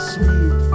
sweet